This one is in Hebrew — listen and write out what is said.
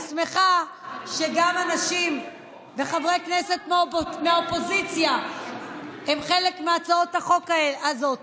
אני שמחה שגם אנשים וחברי כנסת מהאופוזיציה הם חלק מהצעת החוק הזאת.